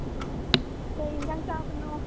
ꯀꯩ ꯏꯟꯖꯥꯡ ꯆꯥꯕꯅꯣ